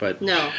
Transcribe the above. No